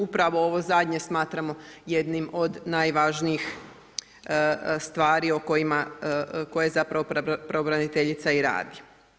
Upravo ovo zadnje smatramo jednim od najvažnijih stvari koje zapravo pravobraniteljica i radi.